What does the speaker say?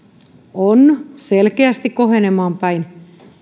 on selkeästi kohenemaan päin niin